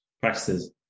practices